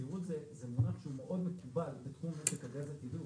יתירות זה מונח שהוא מאוד מקובל בתחום משק הגז הטבעי,